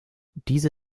diese